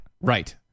Right